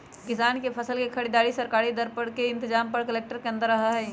किसान के फसल के खरीदारी सरकारी दर पर करे के इनतजाम कलेक्टर के अंदर रहा हई